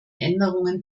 änderungen